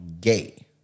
gay